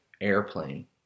airplane